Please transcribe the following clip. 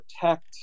protect